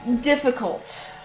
difficult